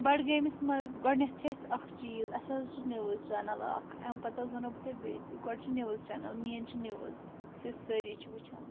بَڈگٲمِس منٛز گۄڈٕنیٚتھ چھِ اَسہِ اکھ چیٖز اَسہِ حظ چھِ نِوٕز چیٚنل اکھ اَمہِ پَتہٕ حظ وَنو بہٕ تۄہہِ بیٚیہِ تہِ گۄڈٕ چھِ نِوٕز چیٚنل مین چھِ نِوٕز یُس أسۍ سٲری چھِ وٕچھان